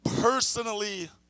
personally